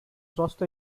roster